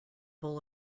bowl